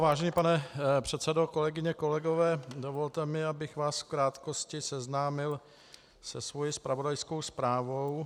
Vážený pane předsedo, kolegyně, kolegové, dovolte mi, abych vás v krátkosti seznámil se svou zpravodajskou zprávou.